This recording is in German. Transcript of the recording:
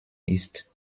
ist